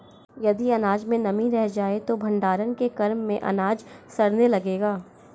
यदि अनाज में नमी रह जाए तो भण्डारण के क्रम में अनाज सड़ने लगेगा